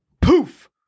poof